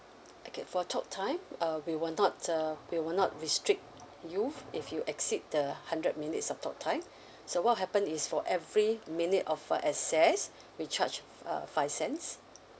okay for talk time uh we will not uh we will not restrict you if you exceed the hundred minutes of talk time so what will happen is for every minute of uh excess we charge uh five cents